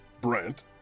Brent